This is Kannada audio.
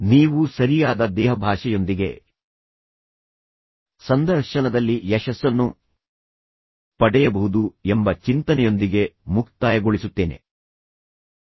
ನೀವು ಸರಿಯಾದ ದೇಹಭಾಷೆಯೊಂದಿಗೆ ಸಂದರ್ಶನದಲ್ಲಿ ಯಶಸ್ಸನ್ನು ಪಡೆಯಬಹುದು ಎಂಬ ಚಿಂತನೆಯೊಂದಿಗೆ ಮುಕ್ತಾಯಗೊಳಿಸುತ್ತೇನೆ